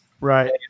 Right